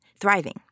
thriving